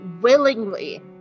willingly